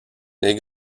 les